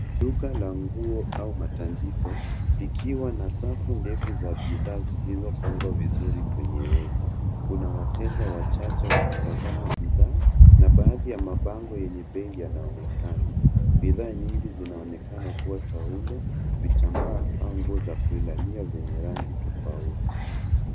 Duka la nguo au matandiko likiwa na safu ndefu za bidhaa zilizopangwa vizuri kwenye reki kuna wateja wachache wakitazama bidhaa na baadhi ya mabango yenye bei yanaonekana bidhaa nyingi zinaonekana kuwa taulo vitambaa au nguo za kulalalia zenye rangi tofauti.